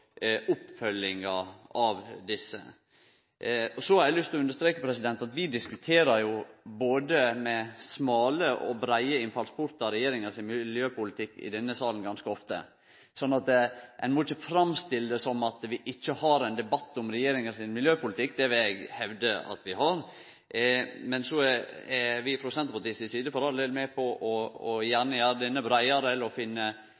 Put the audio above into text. oppfølginga av desse. Så har eg lyst til å understreke at vi i denne salen ganske ofte diskuterer regjeringa sin miljøpolitikk med både smale og breie innfallsportar, slik at ein må ikkje framstille det som om vi ikkje har debatt om regjeringa si miljøpolitikk. Det vil eg hevde at vi har. Men Senterpartiet er for all del gjerne med på å gjere han breiare og finne nye og andre former å gjere